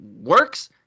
works